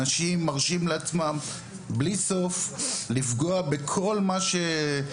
אנשים מרשים לעצמם בלי סוף לפגוע אפילו